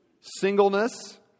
singleness